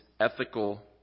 ethical